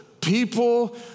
people